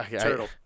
Turtle